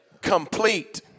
Complete